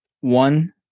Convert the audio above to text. One